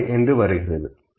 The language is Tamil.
5